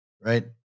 right